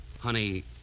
Honey